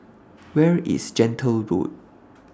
Where IS Gentle Road